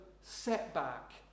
setback